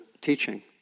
teaching